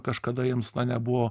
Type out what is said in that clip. kažkada jiems na nebuvo